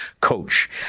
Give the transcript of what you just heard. coach